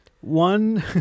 One